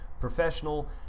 professional